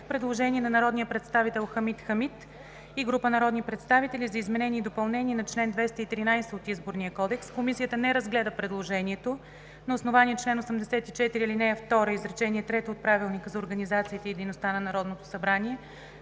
Предложение на народния представител Хамид Хамид и група народни представители за изменение и допълнение на чл. 213 от Изборния кодекс. Комисията не разгледа предложението на основание чл. 84, ал. 2, изречение трето от Правилника за организацията и дейността на Народното събрание,